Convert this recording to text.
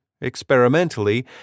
experimentally